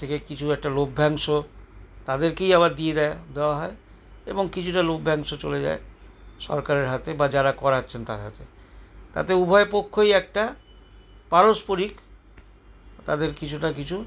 তার থেকে কিছু একটা লভ্যাংশ তাদেরকেই আবার দিয়ে দেয় দেওয়া হয় এবং কিছুটা লভ্যাংশ চলে যায় সরকারের হাতে বা যারা করাচ্ছেন তাঁদের হাতে তাতে উভয় পক্ষই একটা পারস্পরিক তাঁদের কিছুটা কিছু